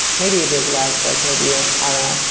maybe a bit less, like maybe ah i don't